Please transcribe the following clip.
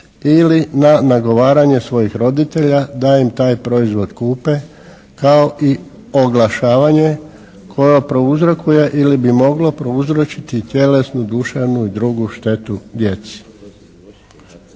ili na nagovaranje svojih roditelja da im taj proizvod kupe kao i oglašavanje koje prouzrokuje ili bi moglo prouzročiti tjelesnu, duševnu i drugu štetu djeci.